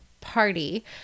party